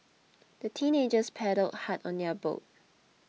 the teenagers paddled hard on their boat